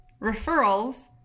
referrals